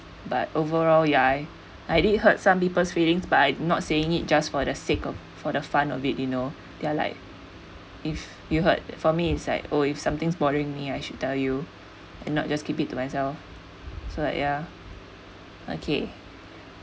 but overall ya I did hurt some people's feelings but I not saying it just for the sake of for the fun of it you know they're like if you hurt for me inside oh if something's bothering me I should tell you and not just keep it to myself so like ya okay